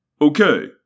Okay